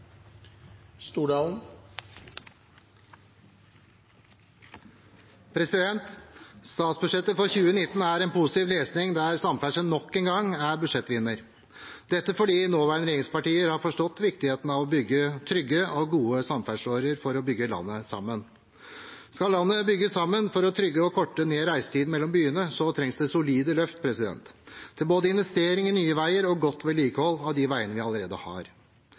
omme. Statsbudsjettet for 2019 er positiv lesning, der samferdsel nok engang er budsjettvinner. Dette er fordi nåværende regjeringspartier har forstått viktigheten av trygge og gode samferdselsårer for å bygge landet sammen. Skal landet bygges sammen for å trygge og korte ned reisetiden mellom byene, trengs det solide løft til både investering i nye veier og godt vedlikehold av de veiene vi allerede har.